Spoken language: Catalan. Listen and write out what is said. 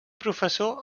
professor